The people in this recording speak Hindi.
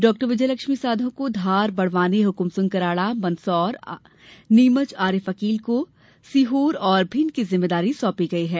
डॉ विजयलक्ष्मी साधौ को धार बड़वानी हुकुमसिंह कराड़ा मंदसौर नीमच आरिफ अकील को सीहोर और भिंड की जिम्मेदारी सौंपी गयी है